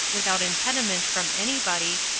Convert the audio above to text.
without impediment from any body,